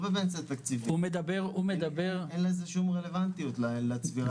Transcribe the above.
צחי אין לזה שום רלבנטיות לצבירה.